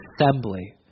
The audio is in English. assembly